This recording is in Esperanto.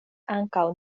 ankaŭ